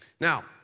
Now